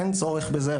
אין צורך בזה,